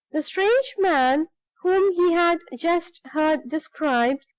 the strange man whom he had just heard described,